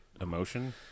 emotion